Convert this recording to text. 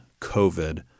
COVID